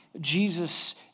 Jesus